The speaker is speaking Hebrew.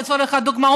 לצורך הדוגמה,